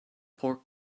pork